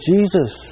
Jesus